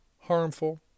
harmful